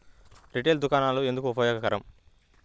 Retail దుకాణాలు ఎందుకు ఉపయోగకరం?